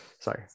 Sorry